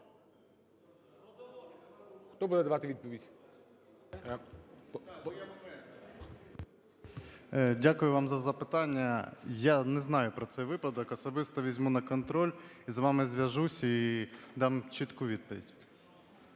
Дякую вам за запитання. Я не знаю про цей випадок. Особисто візьму на контроль і з вами зв'яжусь, і дам чітку відповідь.